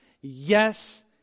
yes